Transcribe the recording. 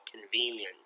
convenient